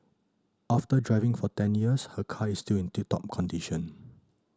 after driving for ten years her car is still in tip top condition